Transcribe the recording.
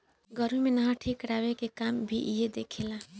गर्मी मे नहर के ठीक करवाए के काम भी इहे देखे ला